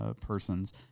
persons